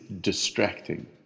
distracting